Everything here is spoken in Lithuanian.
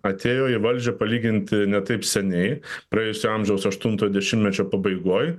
atėjo į valdžią palyginti ne taip seniai praėjusio amžiaus aštunto dešimtmečio pabaigoj